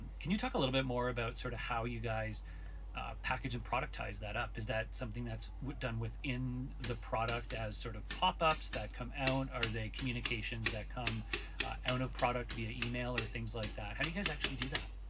and can you talk a little bit more about sorta sort of how you guys package and productize that up? is that something that's done within the product as sort of pop-ups that come out? are they communications that come out of product via email or things like that? how do you guys actually do that?